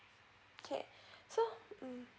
okay so mm